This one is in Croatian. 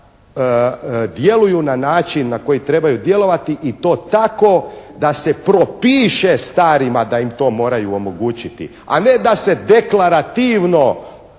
da djeluju na način na koji trebaju djelovati i to tako da se propiše starima da im to moraju omogućiti, a ne da se deklarativno